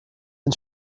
den